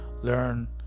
learn